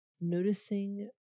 noticing